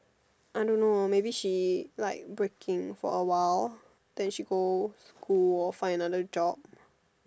I don't know maybe she like breaking for a while then she go school or find another job